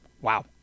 Wow